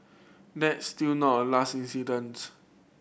there still not last incidents